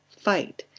fight,